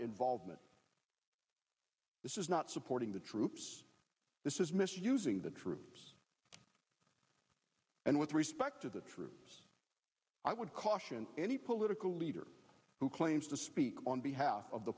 involvement this is not supporting the troops this is misusing the troops and with respect to the troops i would caution any political leader who claims to speak on behalf of the